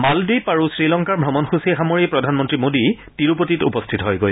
মালদ্বীপ আৰু শ্ৰীলংকাৰ ভ্ৰমণসূচী সামৰি প্ৰধানমন্ত্ৰী মোদী তিৰুপতিত উপস্থিত হয়গৈ